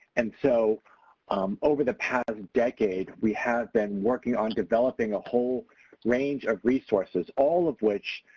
and so um over the past decade we have been working on developing a whole range of resources all of which